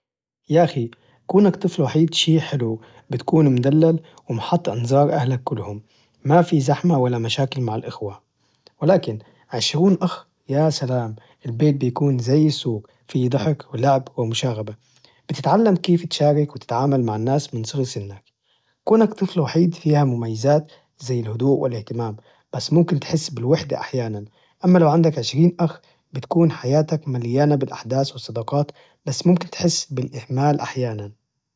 يا أخي، كونك طفل وحيد شي حلو بتكون مدلل ومحط أنظار أهلك كلهم، ما في زحمة ولا مشاكل مع الأخوة، ولكن عشرون أخ يا سلام! البيت بيكون زي السوق، في ضحك ولعب ومشاغبة، بتتعلم كيف تشارك وتتعامل مع الناس من صغر سنك، كونك طفل وحيد فيها مميزات زي الهدوء والاهتمام، بس ممكن تحس بالوحدة أحيانا، أما لو عندك عشرين أخ بتكون حياتك مليانة بالأحداث والصداقات، بس ممكن تحس بالإهمال أحياناً.